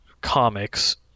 comics